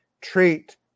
treat